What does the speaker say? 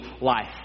life